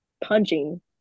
Punching